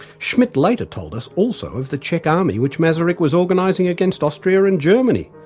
schmidt later told us also of the czech army, which masaryk was organising against austria and germany.